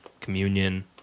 communion